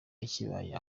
ikibaye